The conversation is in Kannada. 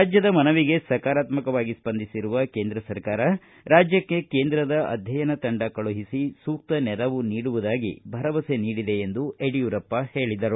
ರಾಜ್ಯದ ಮನವಿಗೆ ಸಕಾರಾತ್ಮಕವಾಗಿ ಸ್ಪಂದಿಸಿರುವ ಕೇಂದ್ರ ಸರ್ಕಾರ ರಾಜ್ಯಕ್ಷೆ ಕೇಂದ್ರದ ಅಧ್ಯಯನ ತಂಡ ಕಳುಹಿಸಿ ಸೂಕ್ತ ನೆರವು ನೀಡುವುದಾಗಿ ಭರವಸೆ ನೀಡಿದೆ ಎಂದು ಯಡಿಯೂರಪ್ಪ ಹೇಳಿದರು